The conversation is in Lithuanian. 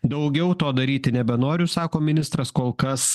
daugiau to daryti nebenoriu sako ministras kol kas